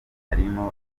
harimo